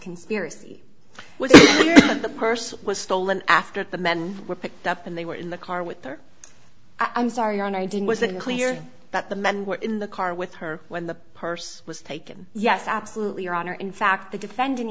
conspiracy with the purse was stolen after the men were picked up and they were in the car with her i'm sorry on i did was unclear but the men were in the car with her when the purse was taken yes absolutely your honor in fact the defendant